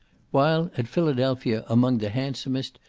while, at philadelphia, among the handsomest,